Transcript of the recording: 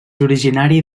originari